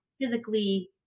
physically